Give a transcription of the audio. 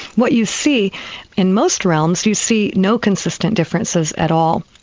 what you see in most realms you see no consistent differences at all.